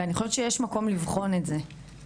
ואני חושבת שיש מקום לבחון את זה.